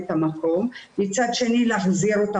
בתקופת הקורונה הייתה קריאה במיוחד מאזור תל